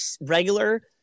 regular